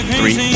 three